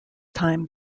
time